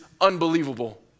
unbelievable